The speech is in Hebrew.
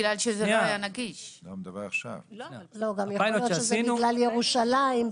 גם יכול להיות שזה בגלל ירושלים,